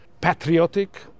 patriotic